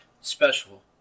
special